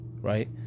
right